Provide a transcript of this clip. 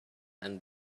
and